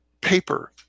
Paper